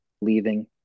leaving